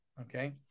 okay